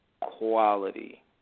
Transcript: quality